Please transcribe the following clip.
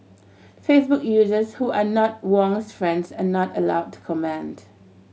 Facebook users who are not Wong's friends are not allowed to comment